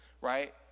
right